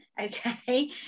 okay